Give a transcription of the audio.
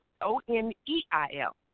O-N-E-I-L